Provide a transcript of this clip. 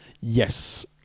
yes